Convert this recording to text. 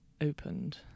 opened